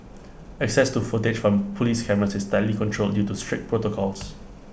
access to footage from Police cameras is tightly controlled due to strict protocols